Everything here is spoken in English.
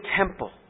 temple